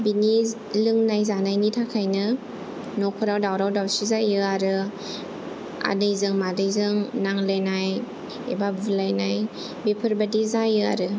बिनि लोंनाय जानायनि थाखायनो नखराव दावराव दावसि जायो आरो आदैजों मादैजों नांलायनाय एबा बुलायनाय बेफोरबादि जायो आरो